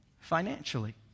financially